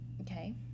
Okay